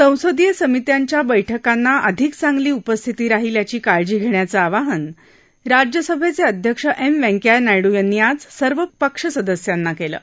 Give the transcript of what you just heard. ससंदीय समित्यांच्या बैठकांना अधिक चांगली उपस्थिती राहील याची काळजी घण्याचं आवाहन राज्यसभघ्रअध्यक्ष एम व्यंकय्या नायडू यांनी आज सर्व पक्षसदस्यांना कलि